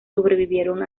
sobrevivieron